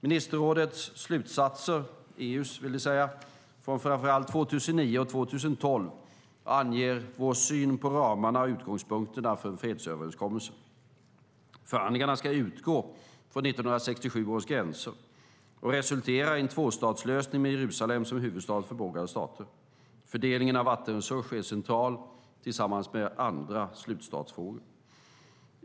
Ministerrådets slutsatser, det vill säga EU:s, från framför allt 2009 och 2012 anger vår syn på ramarna och utgångspunkterna för en fredsöverenskommelse. Förhandlingarna ska utgå från 1967 års gränser och resultera i en tvåstatslösning med Jerusalem som huvudstad för båda stater. Fördelningen av vattenresurser är central tillsammans med övriga slutstatusfrågor.